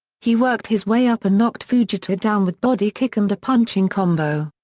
he worked his way up and knocked fujita down with body kick and a punching combo.